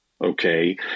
okay